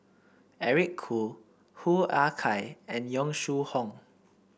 Eric Khoo Hoo Ah Kay and Yong Shu Hoong